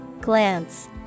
Glance